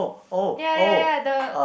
ya ya ya the